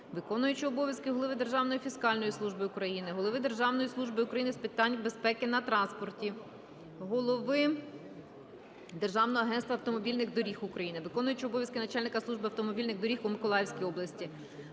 виконуючого обов'язки Голови Державної фіскальної служби України, Голови Державної служби України з безпеки на транспорті, Голови Державного агентства автомобільних доріг України, виконуючого обов'язки начальника Служби автомобільних доріг у Миколаївській області,